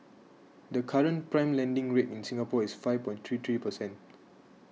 the current prime lending rate in Singapore is five point three three percent